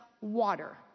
water